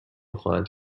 خواهند